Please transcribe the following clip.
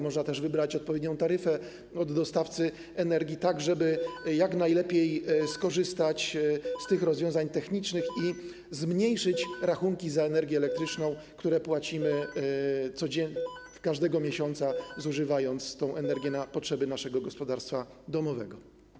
Można też wybrać odpowiednią taryfę od dostawcy energii, tak żeby jak najlepiej skorzystać z tych rozwiązań technicznych i zmniejszyć rachunki za energię elektryczną, które płacimy każdego miesiąca, zużywając tę energię na potrzeby naszego gospodarstwa domowego.